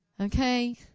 Okay